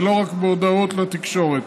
ולא רק בהודעות לתקשורת.